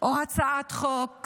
או הצעת חוק